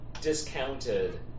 discounted